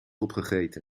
opgegeten